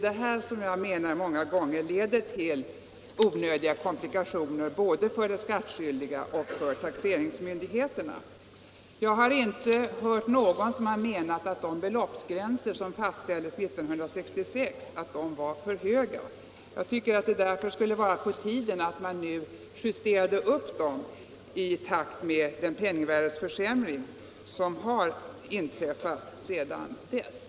Detta leder många gånger till onödiga komplikationer både för den skattskyldige och för taxeringsmyndigheterna. Jag har inte hört någon göra gällande att de beloppsgränser som fastställdes 1966 var för höga. Därför borde det nu vara på tiden att man justerade upp dessa gränser i takt med den penningvärdeförsämring som inträffat sedan dess.